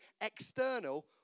external